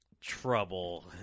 trouble